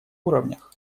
уровнях